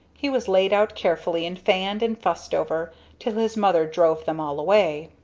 he was laid out carefully and fanned and fussed over till his mother drove them all away.